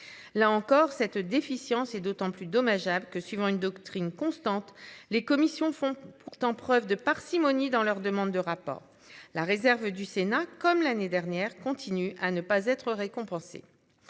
là encore cette déficience est d'autant plus dommageable que suivant une doctrine constante les commissions font pourtant preuve de parcimonie dans leur demande de rapport. La réserve du Sénat comme l'année dernière, continue à ne pas être récompensé.